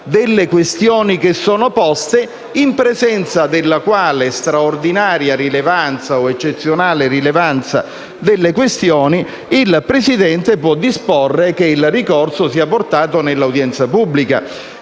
delle questioni poste. Infatti, in presenza della straordinaria o eccezionale rilevanza delle questioni, il presidente può disporre che il ricorso sia portato nell'udienza pubblica.